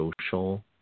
social